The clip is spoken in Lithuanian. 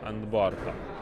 ant borto